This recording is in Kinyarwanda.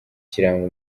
kiranga